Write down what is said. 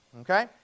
Okay